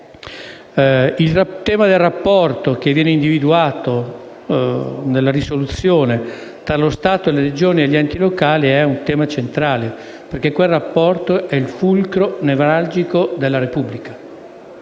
Il rapporto che viene individuato nella risoluzione tra lo Stato, le Regioni e gli enti locali è un tema centrale: quel rapporto è il fulcro nevralgico della Repubblica.